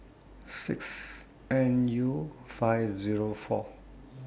six N U five Zero four